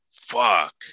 fuck